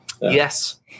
yes